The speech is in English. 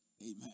Amen